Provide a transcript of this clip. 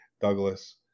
Douglas